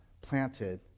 planted